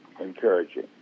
encouraging